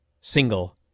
single